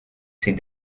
ces